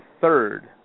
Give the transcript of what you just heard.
third